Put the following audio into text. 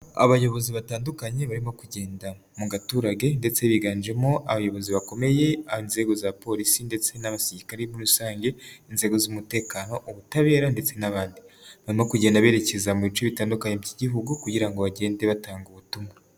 Abayobozi batandukanye barimo kugenda mu gaturage ndetse biganjemo abayobozi bakomeye, inzego za polisi ndetse n'abasirikare muri rusange, inzego z'umutekano, ubutabera ndetse n'abandi barimo kugenda berekeza mu bice bitandukanye by'igihugu kugira ngo bagende batanga ubutumwa.